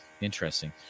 interesting